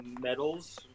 medals